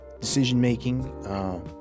Decision-making